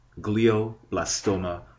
glioblastoma